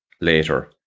later